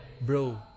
bro